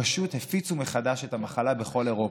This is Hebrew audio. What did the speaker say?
ופשוט הפיצו מחדש את המחלה בכל אירופה.